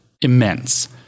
immense